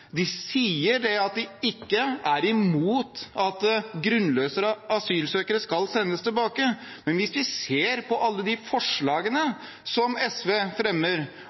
de sier at de ikke er imot at grunnløse asylsøkere skal sendes tilbake, men hvis vi ser på alle de forslagene SV fremmer,